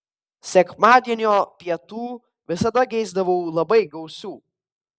sekmadienio pietų visada geisdavau labai gausių